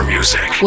Music